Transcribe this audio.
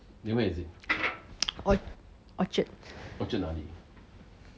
!oi! orchard